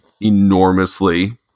enormously